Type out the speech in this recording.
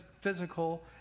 physical